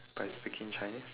by speaking chinese